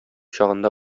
чагында